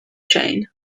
chain